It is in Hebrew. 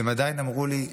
והם עדיין אמרו לי: